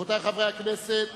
חברי הכנסת,